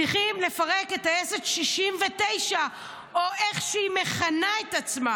צריכים לפרק את טייסת 69 או איך שהיא מכנה את עצמה